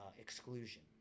exclusion